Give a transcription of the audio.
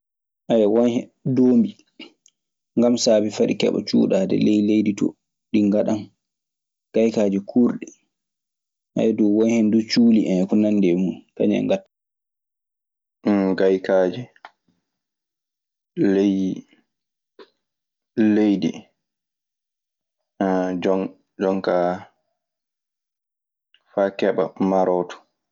wonhen doombi ngam saabii fa ɗi keɓa cuuɗaade ley leydi too ɗi ngaɗan gayikaaji kuurɗi. ɗuu wonhen cuuli en e ko nandi e mun, kañun e ŋata. Ngaykaaje ley leydi jo jonkaa faa keɓa maroo ton.